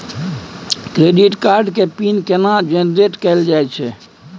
Credit card के PIN केना generate कैल जाए छै?